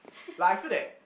like I feel that